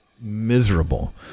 miserable